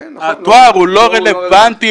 התואר הוא לא רלוונטי,